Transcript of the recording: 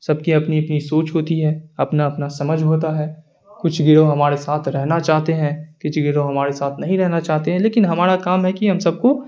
سب کی اپنی اپنی سوچ ہوتی ہے اپنا اپنا سمجھ ہوتا ہے کچھ گروہ ہمارے ساتھ رہنا چاہتے ہیں کچھ گروہ ہمارے ساتھ نہیں رہنا چاہتے ہیں لیکن ہمارا کام ہے کہ ہم سب کو